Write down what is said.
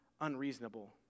unreasonable